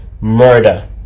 murder